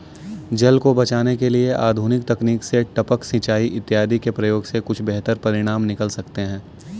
जल को बचाने के लिए आधुनिक तकनीक से टपक सिंचाई इत्यादि के प्रयोग से कुछ बेहतर परिणाम निकल सकते हैं